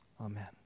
Amen